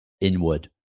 inward